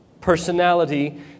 personality